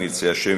אם ירצה השם,